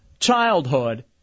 childhood